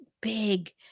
big